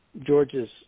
George's